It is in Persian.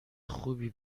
خوبی